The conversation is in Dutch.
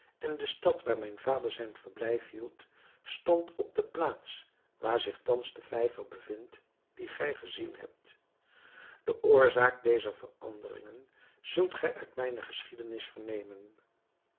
en de stad waar mijn vader zijn verblijf hield stond op de plaats waar zich thans de vijver bevindt dien gij gezien hebt de oorzaak dezer veranderingen zult gij uit mijne geschiedenis vernemen